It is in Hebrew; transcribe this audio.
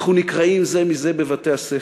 אנחנו נקרעים זה מזה בבתי-הספר,